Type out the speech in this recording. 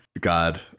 God